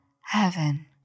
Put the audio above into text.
heaven